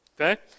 Okay